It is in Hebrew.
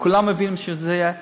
כולם מבינים שזה לא יהיה.